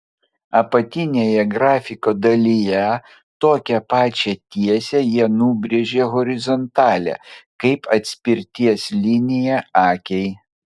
apatinėje grafiko dalyje tokią pačią tiesę jie nubrėžė horizontalią kaip atspirties liniją akiai